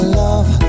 love